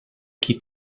qui